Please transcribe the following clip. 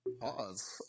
Pause